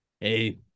Hey